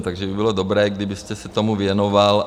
Takže by bylo dobré, kdybyste se tomu věnoval.